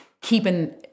keeping